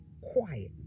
Quiet